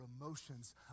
emotions